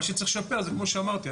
מה שצריך לשפר זה כמו שאמרתי,